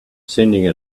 sending